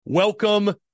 Welcome